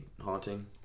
haunting